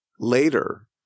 later